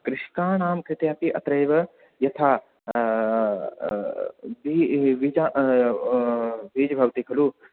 कृषकाणां कृते अपि अत्रेव यथा बी बीजः बीजः भवति खलु